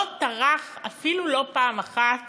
לא טרח אפילו פעם אחת